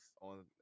on